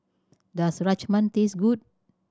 does Rajma taste good